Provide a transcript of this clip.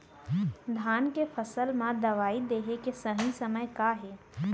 धान के फसल मा दवई देहे के सही समय का हे?